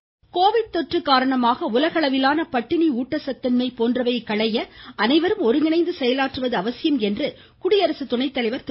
Venkaiah Naidu Covid தொற்று காரணமாக உலகளவிலான பட்டினி ஊட்டச்சத்தின்மை போன்றவற்றைத் களைய அனைவரும் ஒருங்கிணைந்து செயலாற்றுவது அவசியம் என்று குடியரசு துணைத்தலைவர் திரு